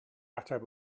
ateb